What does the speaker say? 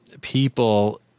people